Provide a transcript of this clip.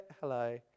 hello